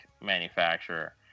manufacturer